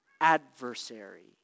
adversary